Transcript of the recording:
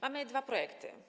Mamy dwa projekty.